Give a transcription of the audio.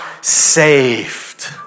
saved